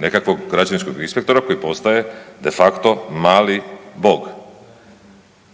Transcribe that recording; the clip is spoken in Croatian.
nekakvog građevinskog inspektora koji postaje de facto mali Bog.